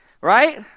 right